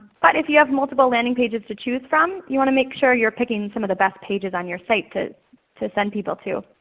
but if you have multiple landing pages to choose from, you want to make sure you're picking some of the best pages on your site to to send people to.